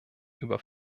über